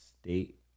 state